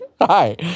Hi